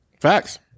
Facts